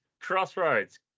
Crossroads